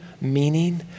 meaning